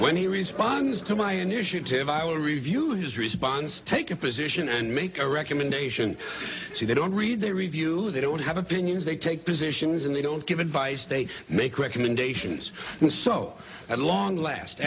when he responds to my initiative i will review his response take a position and make a recommendation to they don't read the review they don't have opinions they take positions and they don't give advice they make recommendations and so at long last